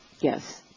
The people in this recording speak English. Yes